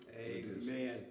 Amen